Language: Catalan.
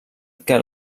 que